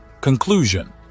Conclusion